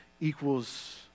equals